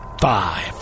Five